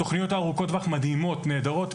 התוכניות הארוכות מדהימות, נהדרות.